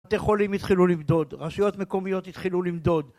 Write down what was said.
בתי חולים התחילו למדוד, רשויות מקומיות התחילו למדוד